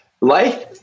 life